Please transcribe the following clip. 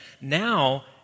now